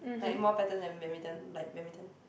like more pattern than badminton like badminton